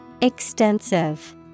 Extensive